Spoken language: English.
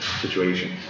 situation